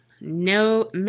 No